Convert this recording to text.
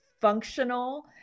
functional